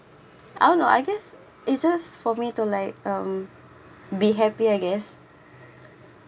I don't know I guess it's just for me to like um be happy I guess